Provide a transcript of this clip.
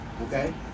okay